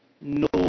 no